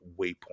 waypoint